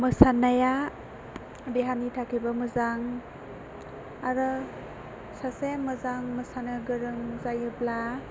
मोसानाया देहानि थाखायबो मोजां आरो सासे मोजां मोसानो गोरों जायोब्ला